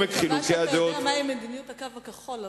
אני מקווה שאתה יודע מהי מדיניות הקו הכחול,